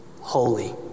holy